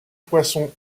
poisson